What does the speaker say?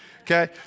Okay